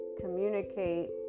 communicate